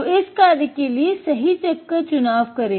तो इस कार्य के लिए सही चक का चुनाव करे